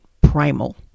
primal